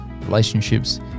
relationships